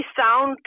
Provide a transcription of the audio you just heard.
sound